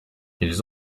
ils